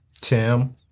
Tim